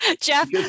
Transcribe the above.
Jeff